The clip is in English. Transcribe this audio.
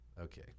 Okay